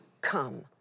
come